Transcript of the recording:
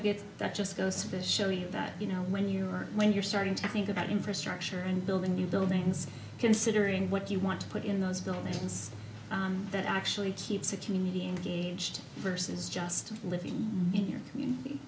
gets that just goes to show you that you know when you're when you're starting to think about infrastructure and building new buildings considering what you want to put in those buildings that actually keeps a community engaged versus just living in your community